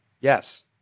Yes